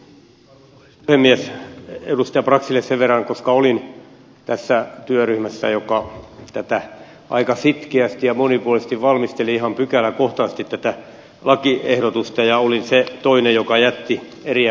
edustaja braxille sen verran koska olin tässä työryhmässä joka aika sitkeästi ja monipuolisesti valmisteli ihan pykäläkohtaisesti tätä lakiehdotusta ja olin toinen joka jätti kirja